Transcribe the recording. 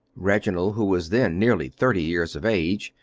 reginald, who was then nearly thirty years of age,